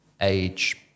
age